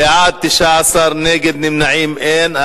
בעד, 19, נגד ונמנעים, אין.